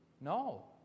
No